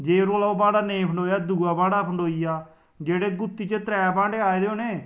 जे उस कोला ओह् बांह्टा नेईं फंडोआ ते दूआ बांटा फंडोई गेआ ते गुत्ती च त्रै बांह्टे आई गेदे होने